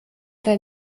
dein